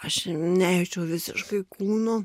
aš nejaučiau visiškai kūno